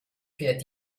fährt